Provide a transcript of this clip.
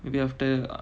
maybe after uh